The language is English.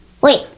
Wait